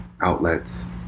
outlets